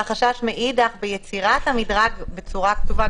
והחשש מאידך ביצירת המדרג בצורה כתובה,